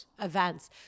events